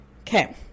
Okay